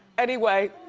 anyway